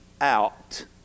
out